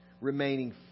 Remaining